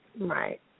Right